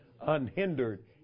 unhindered